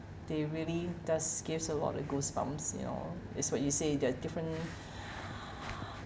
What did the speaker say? they really does gives a lot of goosebumps you know as what you say they're different